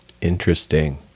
interesting